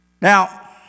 Now